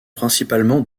principalement